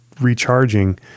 recharging